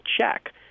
check